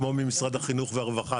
כמו ממשרד החינוך והרווחה,